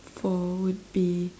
for would be